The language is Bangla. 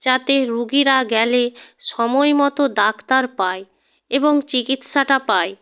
যাতে রোগীরা গেলে সময়মতো ডাক্তার পায় এবং চিকিৎসাটা পায়